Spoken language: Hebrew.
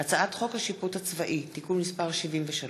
הצעת חוק השיפוט הצבאי (תיקון מס' 73),